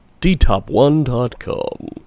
DTOP1.com